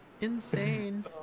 insane